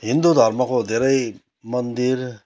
हिन्दू धर्मको धेरै मन्दिर